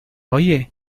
oye